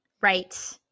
Right